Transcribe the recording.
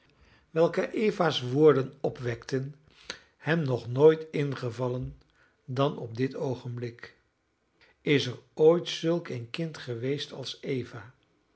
welke eva's woorden opwekten hem nog nooit ingevallen dan op dit oogenblik is er ooit zulk een kind geweest als eva